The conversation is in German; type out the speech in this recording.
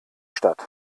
stadt